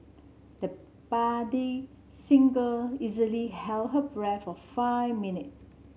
the budding singer easily held her breath for five minute